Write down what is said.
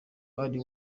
kuri